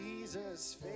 Jesus